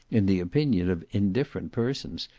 in the opinion of indifferent persons,